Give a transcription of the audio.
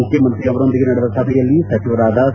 ಮುಖ್ಯಮಂತ್ರಿ ಅವರೊಂದಿಗೆ ನಡೆದ ಸಭೆಯಲ್ಲಿ ಸಚಿವರಾದ ಸಿ